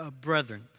brethren